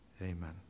Amen